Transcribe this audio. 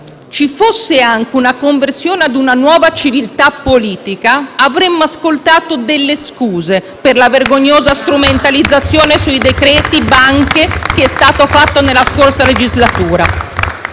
ci fosse anche una conversione ad una nuova civiltà politica, avremmo ascoltato delle scuse per la vergognosa strumentalizzazione sui decreti banche che è stata fatta nella scorsa legislatura.